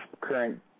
current